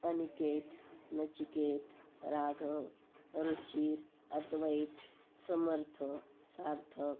Aniket Nachiket Raghav Ruchir Advait Samarth Sarthak